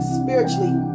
spiritually